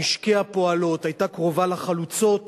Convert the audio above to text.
במשקי הפועלות, היתה קרובה לחלוצות